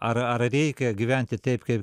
ar ar reikia gyventi taip kaip